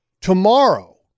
Tomorrow